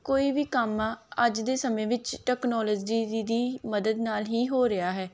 ਕੋਈ ਵੀ ਕੰਮ ਆ ਅੱਜ ਦੇ ਸਮੇਂ ਵਿੱਚ ਟੈਕਨੋਲੋਜੀ ਦੀ ਮਦਦ ਨਾਲ ਹੀ ਹੋ ਰਿਹਾ ਹੈ